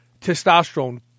testosterone